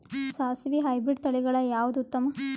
ಸಾಸಿವಿ ಹೈಬ್ರಿಡ್ ತಳಿಗಳ ಯಾವದು ಉತ್ತಮ?